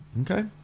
Okay